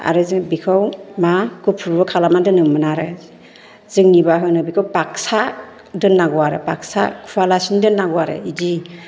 आरो जों बेखौ मा गुफुरबो खालामना दोननो मोना आरो जोंनिबा होनो बेखौ बागसा दोननांगौ आरो बागसा खुवा लासिनो दोननांगौ आरो बिदि